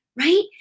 Right